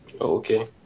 okay